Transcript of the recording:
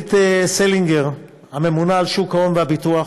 דורית סלינגר, הממונה על שוק ההון והביטוח